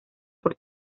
por